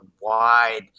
wide